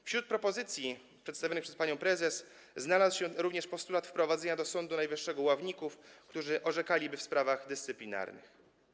Wśród propozycji przedstawionych przez panią prezes znalazł się również postulat wprowadzenia do Sądu Najwyższego ławników, którzy orzekaliby w sprawach dyscyplinarnych.